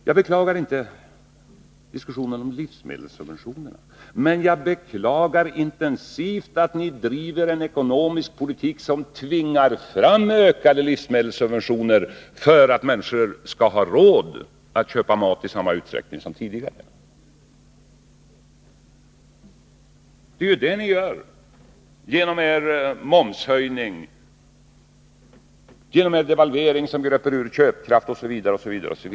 Jag beklagar inte diskussionen om livsmedelssubventionerna, men jag beklagar intensivt att ni driver en ekonomisk politik som tvingar fram ökade livsmedelssubventioner för att människor skall ha råd att köpa mat i samma utsträckning som tidigare. Det är ju det ni gör genom er momshöjning, genom er devalvering, som gröper ur köpkraft, osv.